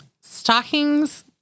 Stockings